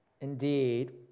Indeed